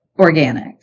organic